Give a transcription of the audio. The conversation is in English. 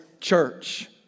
church